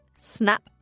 snap